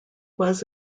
was